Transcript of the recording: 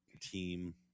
team